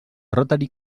rotary